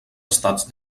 estats